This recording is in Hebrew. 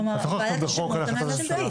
כלומר ועדת השמות הממשלתית.